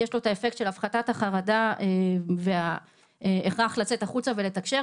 יש לו את האפקט של הפחתת החרדה וההכרח לצאת החוצה ולתקשר.